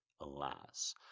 Alas